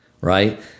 right